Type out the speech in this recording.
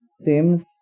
Seems